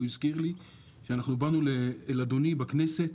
והוא הזכיר לי שבאנו אל אדוני בכנסת,